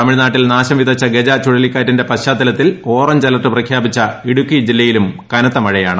തമിഴ്നാട്ടിൽ നാശം വിതച്ച ഗജ ചുഴലിക്കാറ്റിന്റെ പശ്ചാത്തലത്തിൽ ഓറഞ്ച് അലർട്ട് പ്രഖ്യപിച്ച ഇടുക്കി ജില്ലയിലും കനത്ത മഴയാണ്